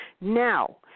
Now